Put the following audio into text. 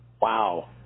Wow